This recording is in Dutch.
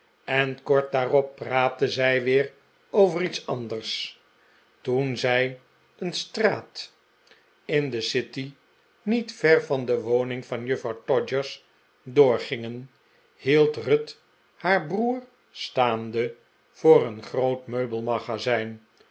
en kort daarop praatten zij weer over iets anders toen zij een straat in de city niet ver van de woning van juffrouw todgers doorgingen hield ruth haar broer staande voor een groot meubelmagazijn